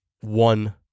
one